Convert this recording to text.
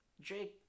Jake